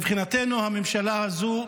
מבחינתנו הממשלה הזו,